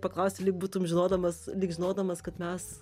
paklausei lyg būtum žinodamas lyg žinodamas kad mes